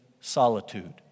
solitude